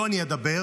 זה לא דו-שיח.